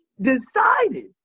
decided